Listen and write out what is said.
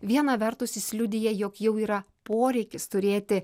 viena vertus jis liudija jog jau yra poreikis turėti